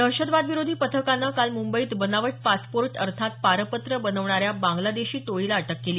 दहशतवादविरोधी पथकानं काल मुंबईत बनावट पासपोर्ट अर्थात पारपत्र बनवणाऱ्या बांग्लादेशी टोळीला अटक केली